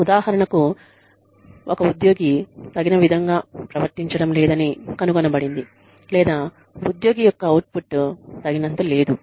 ఉదాహరణకు ఒక ఉద్యోగి తగిన విధంగా ప్రవర్తిచటం లేదని కనుగొనబడింది లేదా ఉద్యోగి యొక్క అవుట్పుట్ తగినంత లేదు